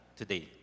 today